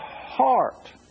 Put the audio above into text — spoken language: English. heart